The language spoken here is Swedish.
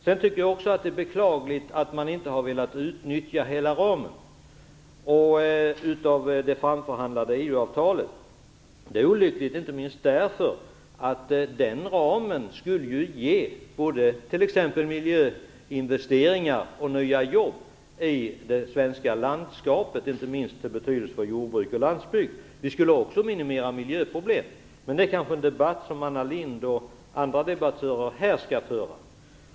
Sedan tycker jag också att det är beklagligt att man inte har velat utnyttja hela ramen i det framförhandlade EU-avtalet. Det är olyckligt, inte minst därför att den ramen skulle ju ge t.ex. miljöinvesteringar och nya jobb i det svenska landskapet, vilket skulle ha betydelse för jordbruk och landsbygd. Det skulle också minimera miljöproblem, men det är kanske en debatt som Anna Lindh och andra debattörer här skall föra.